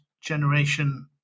generation